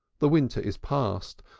the winter is past,